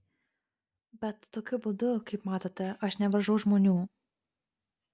bet tokiu būdu kaip matote aš nevaržau žmonių